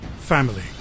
Family